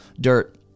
dirt